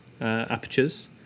apertures